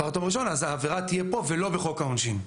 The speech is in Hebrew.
אז העבירה תהיה פה ולא בחוק העונשין.